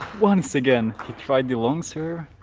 once again ride-alongs here.